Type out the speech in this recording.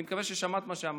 אני מקווה ששמעת מה שאמרתי.